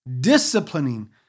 disciplining